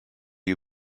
you